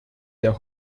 der